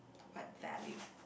what value